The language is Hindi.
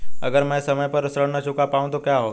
अगर म ैं समय पर ऋण न चुका पाउँ तो क्या होगा?